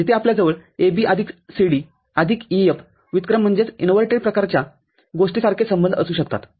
जिथे आपल्याजवळ AB आदिक CD आदिक EF व्युत्क्रमप्रकारच्या गोष्टीसारखे संबंध असू शकतात